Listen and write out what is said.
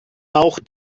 auch